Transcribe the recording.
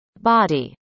body